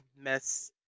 mess